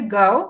go